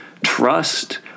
trust